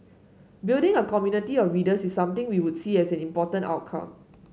building a community of readers is something we would see as an important outcome